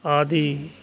ਆਦਿ